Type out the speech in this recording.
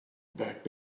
back